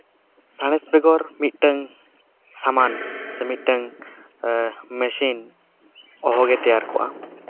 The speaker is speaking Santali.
ᱥᱟᱬᱮᱥ ᱵᱮᱜᱚᱨ ᱢᱤᱫᱴᱟᱝ ᱥᱟᱢᱟᱱ ᱥᱮ ᱢᱤᱫᱴᱟᱝ ᱢᱮᱥᱤᱱ ᱚᱦᱚᱜᱮ ᱛᱮᱭᱟᱨ ᱠᱚᱜᱼᱟ